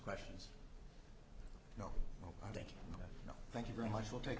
questions no no no thank you very much will take